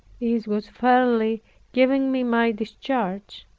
this was fairly giving me my discharge,